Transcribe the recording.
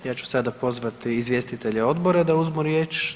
Ja ću sada pozvati izvjestitelje odbora da uzmu riječ?